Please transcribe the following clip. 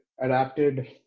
adapted